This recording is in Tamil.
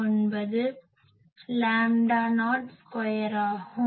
199 லாம்டா நாட் ஸ்கொயர் ஆகும்